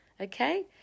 Okay